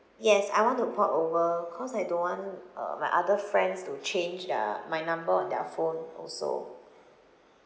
yes I want to port over cause I don't want uh my other friends to change their my number on their phone also